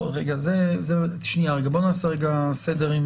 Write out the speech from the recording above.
בוא נעשה סדר.